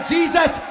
Jesus